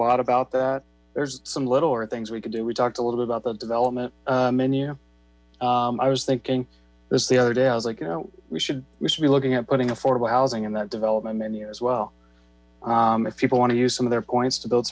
lot about that there's some little things we could do we talked a little bit about the development menu i was thinking this the other day i was like you know we should we should be looking at ptting affordable housing in that development menu as well if people want to use some of their points to build